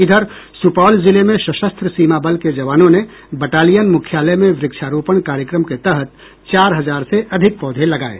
इधर सुपौल जिले में सशस्त्र सीमा बल के जवानों ने बटालियन मुख्यालय में व्रक्षारोपण कार्यक्रम के तहत चार हजार से अधिक पौधे लगाये